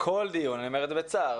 ואני אומר את זה בצער,